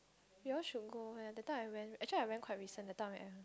you all should go eh that time I went actually I went quite recent that time